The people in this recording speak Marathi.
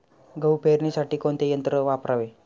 गहू पेरणीसाठी कोणते यंत्र वापरावे?